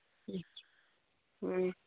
ꯎꯝ ꯎꯝ